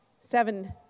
seven